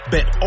Bet